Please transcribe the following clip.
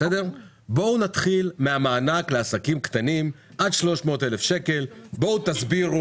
בואו נתחיל מהמענק לעסקים קטנים עד 300 אלף שקלים ותסבירו.